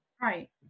Right